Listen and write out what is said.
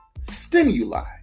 stimuli